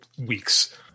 weeks